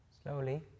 Slowly